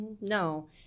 no